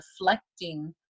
reflecting